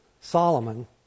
Solomon